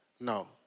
no